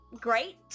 great